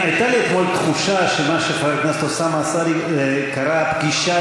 הייתה לי אתמול תחושה שמה שחבר הכנסת אוסאמה סעדי קרא "פגישה